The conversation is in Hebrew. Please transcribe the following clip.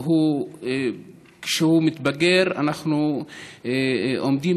כשהוא מתבגר רוב הסיכויים שאנחנו עומדים